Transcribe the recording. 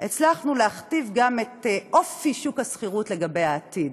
הצלחנו להכתיב גם את אופי שוק השכירות לגבי העתיד,